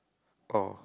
oh